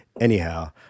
Anyhow